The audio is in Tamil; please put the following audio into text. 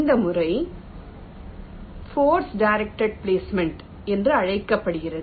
இந்த முறை ஃபோர்ஸ் டைரக்ட் பிளேஸ்மென்ட் என்று அழைக்கப்படுகிறது